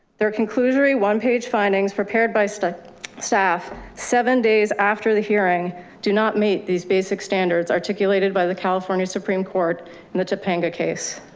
there are conclusionary one-page findings prepared by staff staff. seven days after the hearing do not meet these basic standards articulated by the california supreme court and the topanga case.